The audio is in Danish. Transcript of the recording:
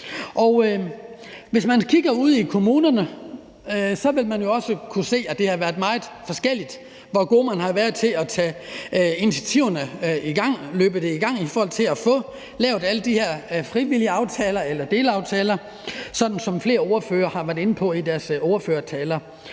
Hvis man kigger ud i kommunerne, vil man jo også kunne se, at det har været meget forskelligt, hvor god man har været til at sætte initiativer i gang og løbe det i gang i forhold til at få lavet alle de her frivillige aftaler eller delaftaler, sådan som flere ordførere også har været inde på i deres ordførertaler.